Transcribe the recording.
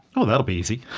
oh, that'll be easy.